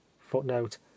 footnote